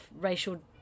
racial